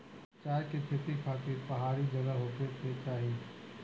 चाय के खेती खातिर पहाड़ी जगह होखे के चाही